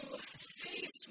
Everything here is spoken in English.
face